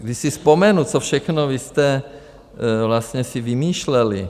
Když si vzpomenu, co všechno vy jste vlastně si vymýšleli.